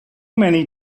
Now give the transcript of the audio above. many